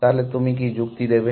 তাহলে তুমি এখানে কি যুক্তি দেবে